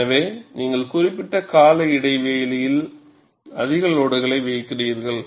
எனவே நீங்கள் குறிப்பிட்ட கால இடைவெளியில் அதிக லோடுகளை வைக்கிறீர்கள்